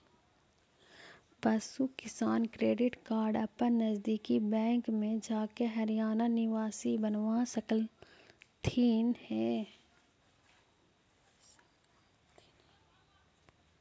पशु किसान credit card अपन नजदीकी बैंक में जाके हरियाणा निवासी बनवा सकलथीन हे